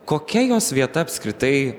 kokia jos vieta apskritai